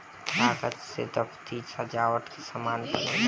कागज से दफ्ती, गत्ता, कार्टून अउरी सजावट के सामान बनेला